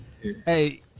hey